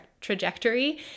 trajectory